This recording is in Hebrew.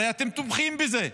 הרי אתם תומכים בזה.